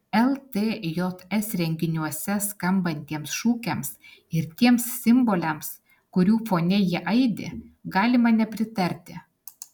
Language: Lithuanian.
ltjs renginiuose skambantiems šūkiams ir tiems simboliams kurių fone jie aidi galima nepritarti